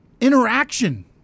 interaction